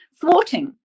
thwarting